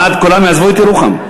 עוד מעט כולם יעזבו את ירוחם.